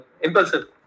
impulsive